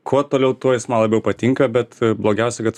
kuo toliau tuo jis man labiau patinka bet blogiausia kad